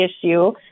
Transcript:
issue